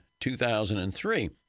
2003